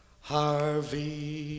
Harvey